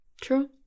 true